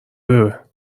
داره